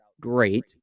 great